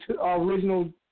original